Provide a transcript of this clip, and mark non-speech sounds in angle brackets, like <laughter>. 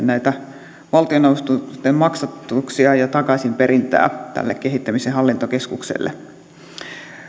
<unintelligible> näitä valtioneuvoston maksatuksia ja takaisinperintää tälle kehittämis ja hallintokeskukselle <unintelligible>